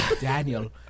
daniel